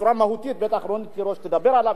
בצורה מהותית בטח חברת הכנסת רונית תירוש תדבר עליו,